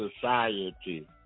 society